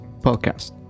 podcast